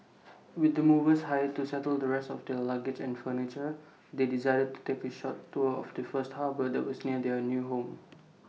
with the movers hired to settle the rest of their luggage and furniture they decided to take A short tour of the first harbour that was near their new home